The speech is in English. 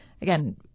Again